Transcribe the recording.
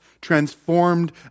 transformed